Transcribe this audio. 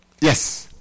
Yes